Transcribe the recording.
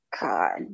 God